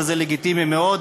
וזה לגיטימי מאוד,